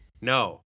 No